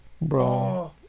Bro